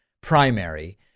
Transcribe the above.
primary